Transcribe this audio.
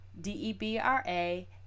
D-E-B-R-A